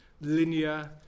linear